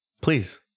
Please